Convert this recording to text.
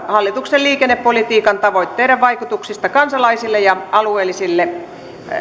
hallituksen liikennepolitiikan tavoitteiden vaikutuksista kansalaisille ja alueelliselle